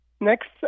next